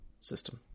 system